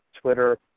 Twitter